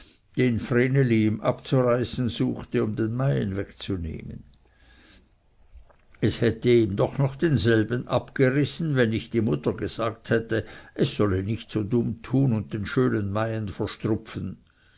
den vreneli ihm abzureißen suchte um den meien wegzunehmen es hätte ihm doch noch denselben abgerissen wenn nicht die mutter gesagt hätte es solle nicht so dumm tun und den schönen meien verstrupfen